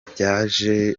byaje